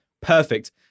Perfect